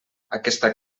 aquesta